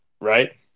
right